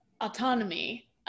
Autonomy